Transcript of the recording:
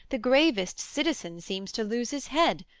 the gravest citizen seems to lose his head,